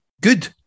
good